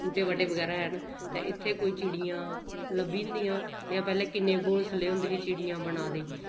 बूह्टे बाह्टे बगैरा हैन ते इत्थै कोई चिड़ियां लब्भी जंदियां नेईं ता पैह्लें चिड़ियें किन्ने घौंसले होंदे हे चिड़ियें बनाए दे